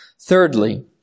Thirdly